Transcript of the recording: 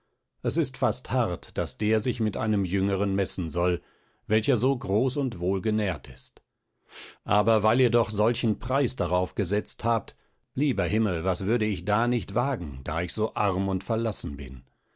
es ist fast hart daß der sich mit einem jüngeren messen soll welcher so groß und wohlgenährt ist aber weil ihr doch solchen preis darauf gesetzt habt lieber himmel was würde ich da nicht wagen da ich so arm und verlassen bin